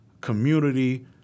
community